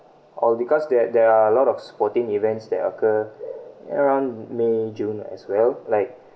or because there there are a lot of sporting events that occur around may june as well like